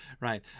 right